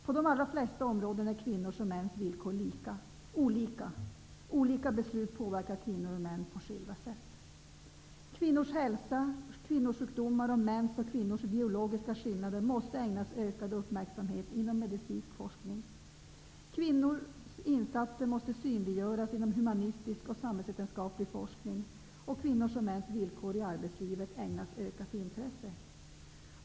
På de allra flesta områden är kvinnors och mäns villkor olika -- olika beslut påverkar kvinnor och män på skilda sätt. Kvinnors hälsa, kvinnosjukdomar samt mäns och kvinnors biologiska skillnader måste ägnas ökad uppmärksamhet inom medicinsk forskning. Kvinnors insatser måste synliggöras inom humanistisk och samhällsvetenskaplig forskning, och kvinnors och mäns villkor i arbetslivet måste ägnas ett ökat intresse.